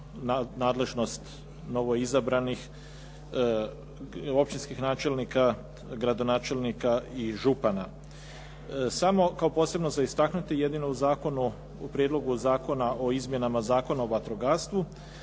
nadležnost novoizabranih općinskih načelnika, gradonačelnika i župana. Samo kao posebno za istaknuti jedino u Prijedlogu zakona o izmjenama Zakona o vatrogastvu